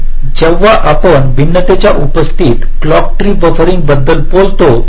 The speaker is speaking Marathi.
म्हणून जेव्हा आपण भिन्नतेच्या उपस्थितीत क्लॉक ट्री बफरिंग बद्दल बोलता